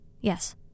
Yes